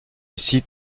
lucie